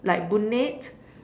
like brunette